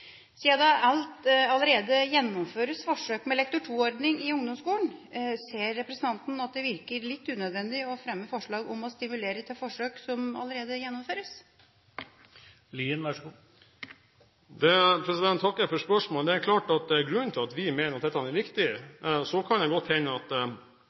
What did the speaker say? det allerede gjennomføres forsøk med en Lektor 2-ordning i ungdomsskolen, ser representanten at det virker litt unødvendig å fremme forslag om å stimulere til forsøk som allerede gjennomføres? Jeg takker for spørsmålet. Grunnen til at vi mener at dette er viktig – det kan godt hende at det ikke kommer godt nok fram i innstillingen – er at